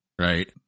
right